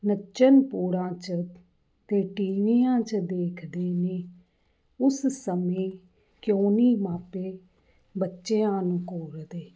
ਨੱਚਣ ਪੋਰਾਂ 'ਚ ਅਤੇ ਟੀਵੀਆਂ 'ਚ ਦੇਖਦੇ ਨੇ ਉਸ ਸਮੇਂ ਕਿਉਂ ਨਹੀਂ ਮਾਪੇ ਬੱਚਿਆਂ ਨੂੰ ਗੌਲਦੇ